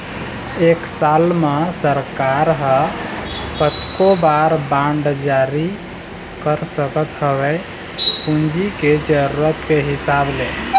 एक साल म सरकार ह कतको बार बांड जारी कर सकत हवय पूंजी के जरुरत के हिसाब ले